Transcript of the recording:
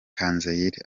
cyanzayire